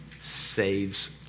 saves